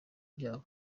byabo